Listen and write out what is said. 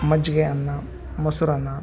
ಮಜ್ಜಿಗೆ ಅನ್ನ ಮೊಸರನ್ನ